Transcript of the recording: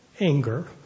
Anger